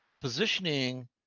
positioning